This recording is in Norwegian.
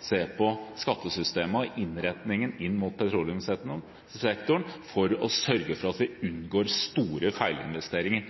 se på skattesystemet og innretningen inn mot petroleumssektoren for å sørge for at vi unngår store feilinvesteringer.